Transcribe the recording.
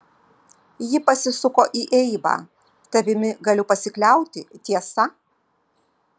ji pasisuko į eivą tavimi galiu pasikliauti tiesa